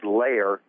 layer